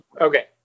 Okay